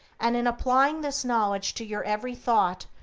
and in applying this knowledge to your every thought,